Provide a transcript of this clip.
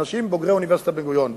אנשים בוגרי אוניברסיטת בן-גוריון,